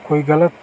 कोई गलत